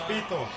pito